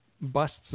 busts